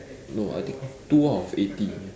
no I think two out of eighty